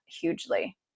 hugely